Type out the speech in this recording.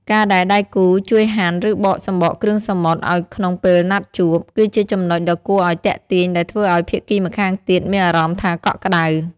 ការដែលដៃគូជួយហាន់ ឬបកសំបកគ្រឿងសមុទ្រឱ្យក្នុងពេលណាត់ជួប គឺជាចំណុចដ៏គួរឱ្យទាក់ទាញដែលធ្វើឱ្យភាគីម្ខាងទៀតមានអារម្មណ៍ថាកក់ក្ដៅ។